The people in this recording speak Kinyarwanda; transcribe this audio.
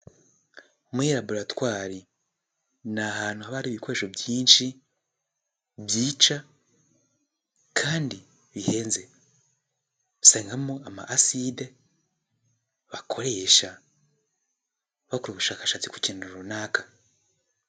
Muri laboratwari ni ahantu haba hari ibikoresho byinshi byica kandi bihenze, usangamo amaside bakoresha bakora ubushakashatsi ku kintu runaka.